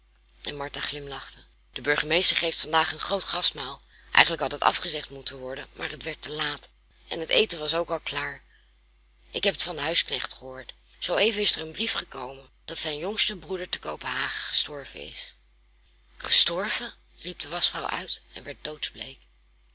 en martha glimlachte de burgemeester geeft vandaag een groot gastmaal eigenlijk had het afgezegd moeten worden maar het werd te laat en het eten was ook al klaar ik heb het van den huisknecht gehoord zoo even is er een brief gekomen dat zijn jongste broeder te kopenhagen gestorven is gestorven riep de waschvrouw uit en werd